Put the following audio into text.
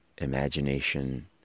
Imagination